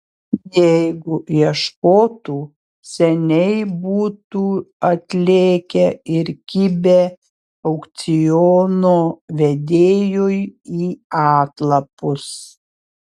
jeigu ieškotų seniai būtų atlėkę ir kibę aukciono vedėjui į atlapus